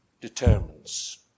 determines